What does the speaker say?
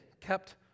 kept